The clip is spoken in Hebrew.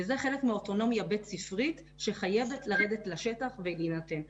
וזה חלק מהאוטונומיה הבית ספרית שחייבת לרדת לשטח ולהינתן.